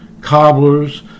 cobblers